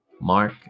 Mark